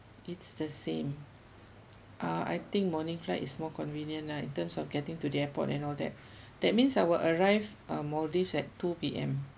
it's the same ah I think morning flight is more convenient lah in terms of getting to the airport and all that that means I will arrived uh maldives at two P_M